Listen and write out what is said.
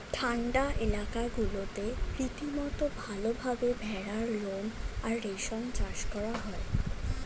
ঠান্ডা এলাকাগুলোতে রীতিমতো ভালভাবে ভেড়ার লোম আর রেশম চাষ করা হয়